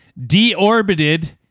deorbited